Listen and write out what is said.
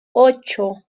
ocho